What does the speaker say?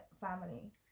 family